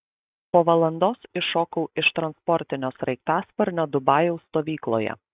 po valandos iššokau iš transportinio sraigtasparnio dubajaus stovykloje